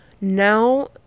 now